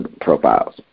profiles